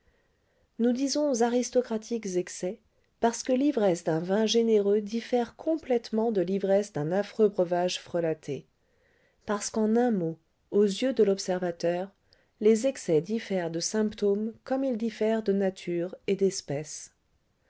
nous disons aristocratiques excès parce que l'ivresse d'un vin généreux diffère complètement de l'ivresse d'un affreux breuvage frelaté parce qu'en un mot aux yeux de l'observateur les excès diffèrent de symptômes comme ils diffèrent de nature et d'espèce